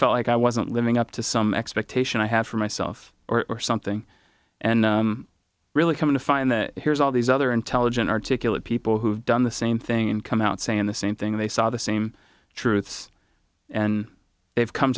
felt like i wasn't living up to some expectation i have for myself or something and really come to find that here's all these other intelligent articulate people who have done the same thing and come out saying the same thing they saw the same truths and they've come